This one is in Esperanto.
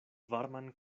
varman